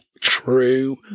true